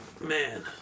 Man